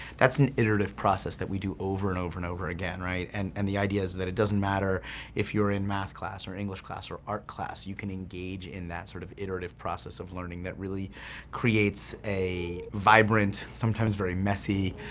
that's an iterative process that we do over and over and over again, right? and and the idea's that it doesn't matter if you're in math class or english class or art class, you can engage in that sort of iterative process of learning that really creates a vibrant, sometimes very messy